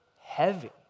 heavy